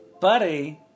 buddy